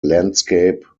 landscape